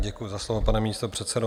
Děkuju za slovo, pane místopředsedo.